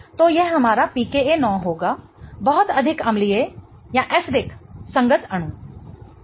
तो यह हमारा pKa 9 होगा बहुत अधिक अम्लीय संगत अणु